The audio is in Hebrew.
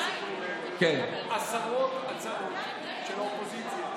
עשרות הצעות של האופוזיציה,